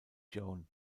joan